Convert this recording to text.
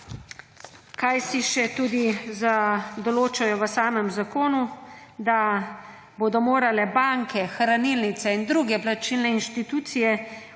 kaj si še tudi določajo v samem zakonu, da bodo morale banke, hranilnice in druge plačilne inštitucije